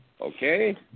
okay